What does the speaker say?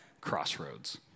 crossroads